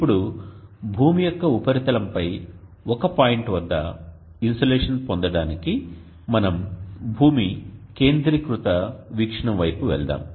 ఇప్పుడు భూమి యొక్క ఉపరితలంపై ఒక పాయింట్ వద్ద ఇన్సోలేషన్ పొందడానికి మనం భూమి కేంద్రీకృత వీక్షణం వైపు వెళ్దాం